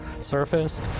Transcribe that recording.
surface